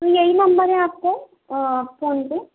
तो यही नम्बर है आपको फ़ोनपे